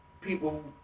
people